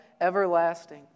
everlasting